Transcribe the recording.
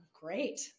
Great